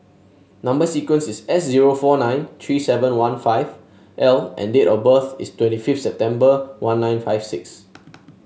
number sequence is S zero four nine three seven one five L and date of birth is twenty fifth September one nine five six